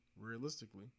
Realistically